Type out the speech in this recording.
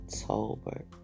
October